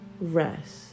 rest